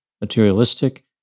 materialistic